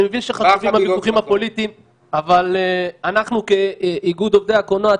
אני מבין שחביבים הוויכוחים הפוליטיים אבל אנחנו כאיגוד עובדי הקולנוע,